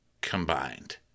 combined